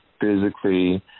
physically